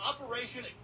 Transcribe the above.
Operation